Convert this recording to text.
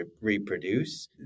reproduce